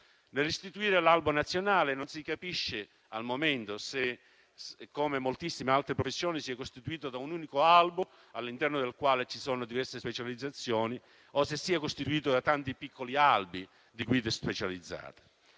Viene istituito l'albo nazionale, ma non si capisce, al momento, se, come per moltissime altre professioni questo sia costituito da un unico albo all'interno del quale ci sono diverse specializzazioni o se sia costituito da tanti piccoli albi di guide specializzate.